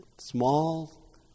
small